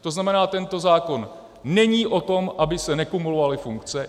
To znamená, tento zákon není o tom, aby se nekumulovaly funkce.